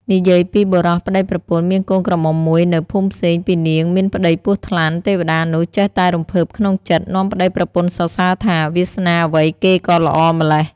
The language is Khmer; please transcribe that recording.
និយាយពីបុរសប្ដីប្រពន្ធ មានកូនក្រមុំមួយនៅ ភូមិផ្សេងពីនាងមានប្ដីពស់ថ្លាន់ ទេវតានោះចេះតែរំភើបក្នុងចិត្ដ នាំប្ដីប្រពន្ធសរសើរថា “វាសនាអ្វីគេក៏ល្អម្លេះ